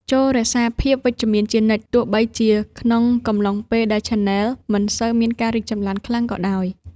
ចូររក្សាភាពវិជ្ជមានជានិច្ច ទោះបីជាក្នុងកំឡុងពេលដែលឆានែលមិនសូវមានការរីកចម្រើនខ្លាំងក៏ដោយ។